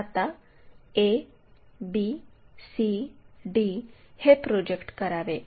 आता a b c d हे project करावे